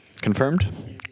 Confirmed